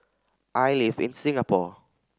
I live in Singapore